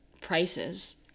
prices